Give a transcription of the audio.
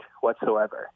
whatsoever